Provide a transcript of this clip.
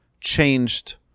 changed